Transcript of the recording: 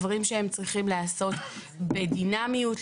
דברים שצריכים להיעשות בדינמיות,